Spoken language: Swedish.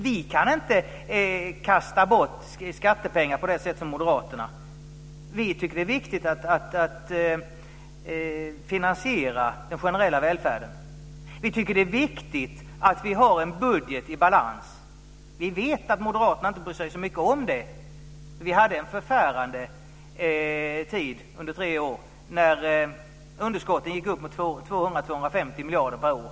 Vi kan inte kasta bort skattepengar på samma sätt som moderaterna. Vi tycker att det är viktigt att finansiera den generella välfärden. Vi tycker att det är viktigt att vi har en budget i balans. Vi vet att moderaterna inte bryr sig så mycket om det. Vi hade en förfärande tid under tre år när underskotten gick upp emot 200-250 miljarder per år.